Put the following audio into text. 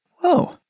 whoa